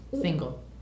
single